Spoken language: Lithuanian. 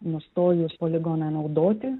nustojus poligoną naudoti